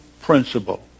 principle